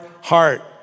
heart